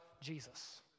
Jesus